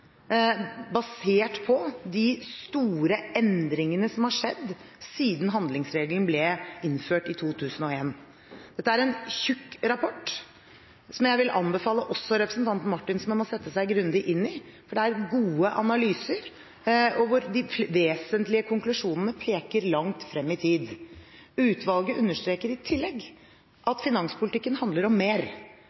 basert på de store endringene som har skjedd siden handlingsregelen ble innført i 2001. Dette er en tykk rapport, som jeg vil anbefale også representanten Marthinsen å sette seg grundig inn i. Det er gode analyser, og de vesentlige konklusjonene peker langt frem i tid. Utvalget understreker i tillegg at finanspolitikken handler om mer.